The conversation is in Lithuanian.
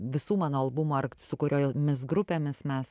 visų mano albumų ar su kuriomis grupėmis mes